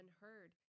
unheard